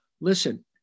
Listen